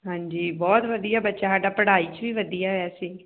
ਹਾਂਜੀ ਬਹੁਤ ਵਧੀਆ ਬੱਚਾ ਸਾਡਾ ਪੜ੍ਹਾਈ 'ਚ ਵੀ ਵਧੀਆ ਆਇਆ ਸੀ